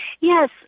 Yes